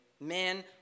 men